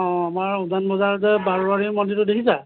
আমাৰ উজান বজাৰৰ যে বাৰোৱাৰী মন্দিৰটো দেখিছা